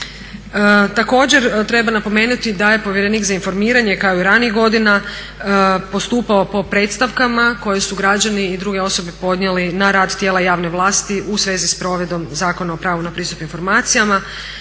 Također treba napomenuti da je povjerenik za informiranje kao i ranijih godina postupao po predstavkama koje su građani i druge osobe podnijeli na rad tijela radne vlasti u svezi s provedbom Zakona o pravu na pristup informacijama.